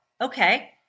okay